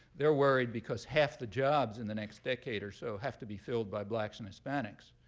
they're worried because half the jobs in the next decade or so have to be filled by blacks and hispanics.